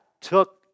took